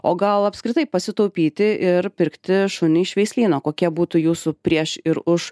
o gal apskritai pasitaupyti ir pirkti šunį iš veislyno kokie būtų jūsų prieš ir už